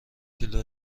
کیلو